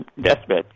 deathbed